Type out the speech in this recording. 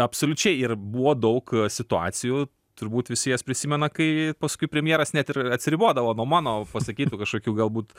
absoliučiai ir buvo daug situacijų turbūt visi jas prisimena kai paskui premjeras net ir atsiribodavo nuo mano pasakytų kažkokių galbūt